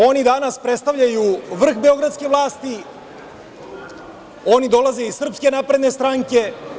Oni danas predstavljaju vrh beogradske vlasti i dolaze iz Srpske napredne stranke.